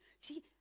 see